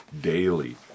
daily